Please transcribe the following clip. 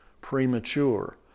premature